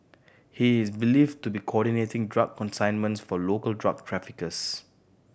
he is believed to be coordinating drug consignments for local drug traffickers